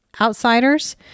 outsiders